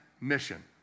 mission